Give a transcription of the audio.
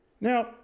Now